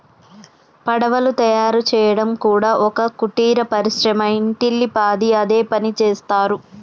పడవలు తయారు చేయడం కూడా ఒక కుటీర పరిశ్రమ ఇంటిల్లి పాది అదే పనిచేస్తరు